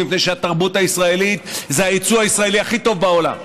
מפני שהתרבות הישראלית זה הייצוא הישראלי הכי טוב בעולם,